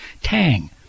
Tang